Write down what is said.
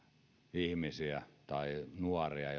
ihmisiä tai nuoria